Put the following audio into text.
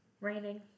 raining